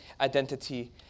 identity